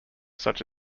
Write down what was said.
such